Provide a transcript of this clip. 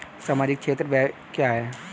सामाजिक क्षेत्र व्यय क्या है?